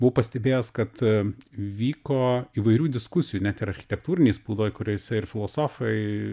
buvau pastebėjęs kad vyko įvairių diskusijų net ir architektūrinėj spaudoj kuriose ir filosofai